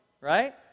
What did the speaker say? right